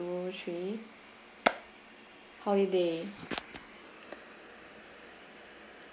two three holiday